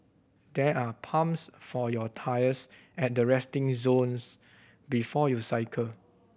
there are pumps for your tyres at the resting zones before you cycle